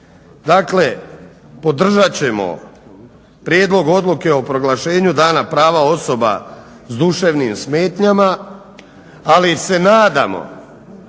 Dakle, podržat ćemo Prijedlog odluke o proglašenju Dana prava osoba s duševnim smetnjama, ali se nadamo